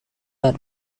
were